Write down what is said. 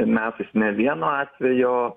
metais ne vieno atvejo